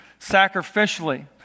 sacrificially